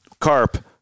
Carp